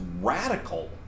radical